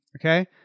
Okay